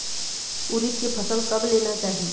उरीद के फसल कब लेना चाही?